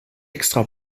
extra